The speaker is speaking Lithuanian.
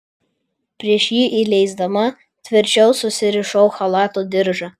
prieš jį įleisdama tvirčiau susirišau chalato diržą